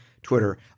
Twitter